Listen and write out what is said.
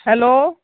hello